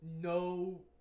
no